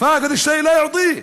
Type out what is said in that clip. הדבר הזה לא מרתיע.)